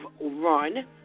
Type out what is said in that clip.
Run